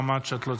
אמרת שלא.